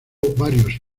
varios